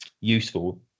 useful